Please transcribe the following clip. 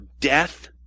death